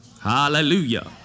Hallelujah